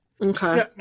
okay